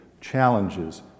challenges